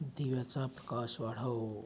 दिव्याचा प्रकाश वाढव